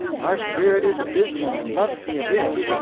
our spirit is abysmal and loves the abyss.